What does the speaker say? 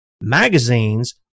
magazines